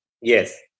Yes